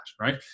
right